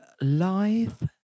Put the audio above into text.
live